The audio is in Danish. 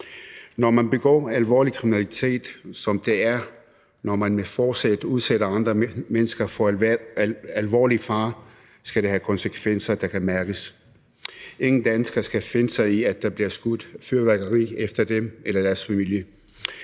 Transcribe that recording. Når man begår alvorlig kriminalitet, hvilket det er, når man med forsæt udsætter andre mennesker for alvorlig fare, skal det have konsekvenser, der kan mærkes. Ingen danskere skal finde sig i, at der bliver skudt fyrværkeri efter dem eller deres familie.